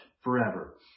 forever